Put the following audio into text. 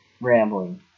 rambling